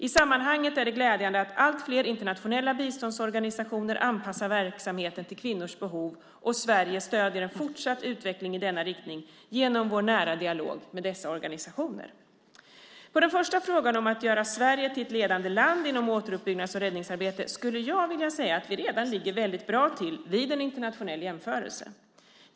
I sammanhanget är det glädjande att allt fler internationella biståndsorganisationer anpassar verksamheten till kvinnornas behov, och Sverige stöder en fortsatt utveckling i denna riktning genom vår nära dialog med dessa organisationer. På den första frågan om att göra Sverige till ett ledande land inom återuppbyggnads och räddningsarbetet skulle jag vilja säga att vi redan ligger väldigt bra till vid en internationell jämförelse.